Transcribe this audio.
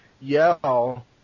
yell